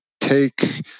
take